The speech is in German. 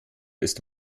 ist